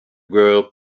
girl